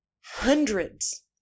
hundreds